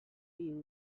view